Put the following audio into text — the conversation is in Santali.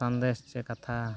ᱥᱟᱸᱫᱮᱥ ᱥᱮ ᱠᱟᱛᱷᱟ